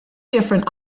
different